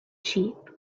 sheep